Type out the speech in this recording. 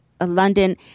London